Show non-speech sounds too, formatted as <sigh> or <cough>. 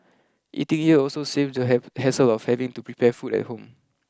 eating here also saves the <unintelligible> hassle of having to prepare food at home